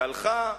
והלכה,